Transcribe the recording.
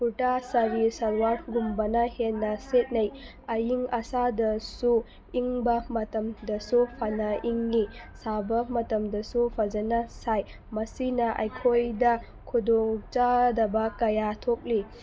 ꯀꯨꯔꯇꯥ ꯁꯥꯔꯤ ꯁꯜꯋꯥꯔꯒꯨꯝꯕꯅ ꯍꯦꯟꯅ ꯁꯦꯠꯅꯩ ꯑꯏꯪ ꯑꯁꯥꯗꯁꯨ ꯏꯪꯕ ꯃꯇꯝꯗꯁꯨ ꯐꯅꯥ ꯏꯪꯏ ꯁꯥꯕ ꯃꯇꯝꯗꯁꯨ ꯐꯖꯅ ꯁꯥꯏ ꯃꯁꯤꯅ ꯑꯩꯈꯣꯏꯗ ꯈꯨꯗꯣꯡ ꯆꯥꯗꯕ ꯀꯌꯥ ꯊꯣꯛꯂꯤ